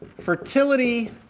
fertility